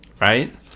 right